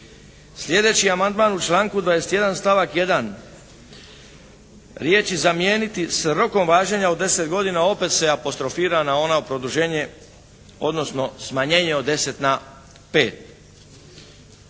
Slijedeći amandman u članku 21. stavak 1. riječi “zamijeniti s rokom važenja od deset godina“ opet se apostrofira na ono produženje, odnosno smanjenje od deset na